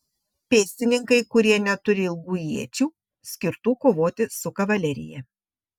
pėstininkai kurie neturi ilgų iečių skirtų kovoti su kavalerija